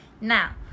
now